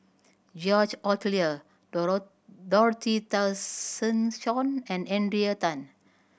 George Oehlers Dorothy Tessensohn and Adrian Tan